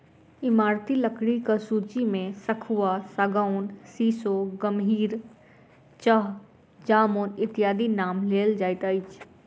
ईमारती लकड़ीक सूची मे सखुआ, सागौन, सीसो, गमहरि, चह, जामुन इत्यादिक नाम लेल जाइत अछि